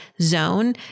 zone